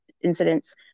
incidents